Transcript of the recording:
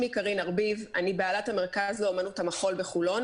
אני בעלת המרכז לאמנות המחול בחולון